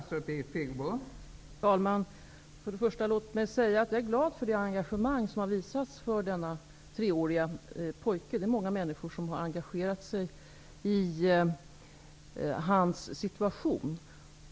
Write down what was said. Fru talman! Låt mig först säga att jag är glad för det engagemang som har visats för denne treårige pojke. Det är många människor som har engagerat sig i hans situation.